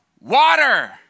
Water